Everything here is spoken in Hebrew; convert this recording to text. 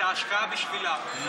את ההשקעה בשבילם,